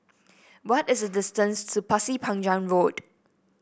what is the distance to Pasir Panjang Road